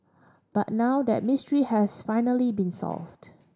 but now that mystery has finally been solved